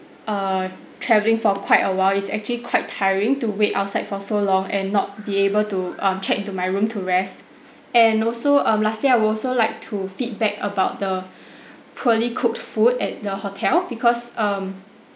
err travelling for quite a while it's actually quite tiring to wait outside for so long and not be able to um check in to my room to rest and also um lastly I would also like to feedback about the poorly cooked food at the hotel because um